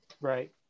right